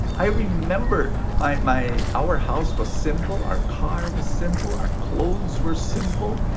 i remember my, my. our house was simple. our car was simple. our clothes were simple.